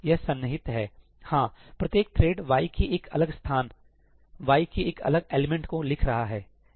यह सन्निहित है हाँ और प्रत्येक थ्रेड y के एक अलग स्थान y के एक अलग एलिमेंट को लिख रहा है